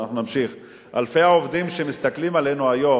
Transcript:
גם אם יותר ויותר מבינים עד כמה היא פרשה שקרית ועד כמה הסמל הזה,